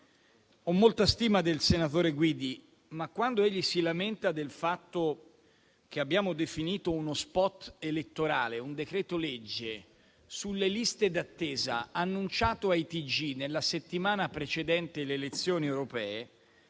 Ho molta stima del senatore Guidi, che però si è lamentato del fatto che abbiamo definito uno *spot* elettorale un decreto-legge sulle liste d'attesa annunciato ai TG nella settimana precedente alle elezioni europee: